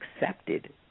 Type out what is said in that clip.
accepted